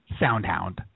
Soundhound